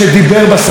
מתי?